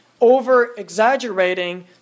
over-exaggerating